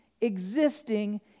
existing